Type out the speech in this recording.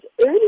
early